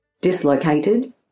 dislocated